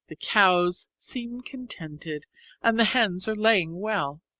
the cows seem contented and the hens are laying well.